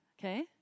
Okay